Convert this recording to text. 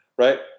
right